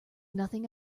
nothing